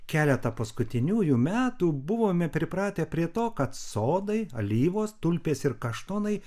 keletą paskutiniųjų metų buvome pripratę prie to kad sodai alyvos tulpės ir kaštonai